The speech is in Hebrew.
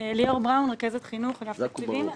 ליאור בראון, רכזת חינוך, אגב התקציבים.